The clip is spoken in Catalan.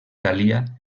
calia